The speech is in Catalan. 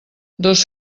dos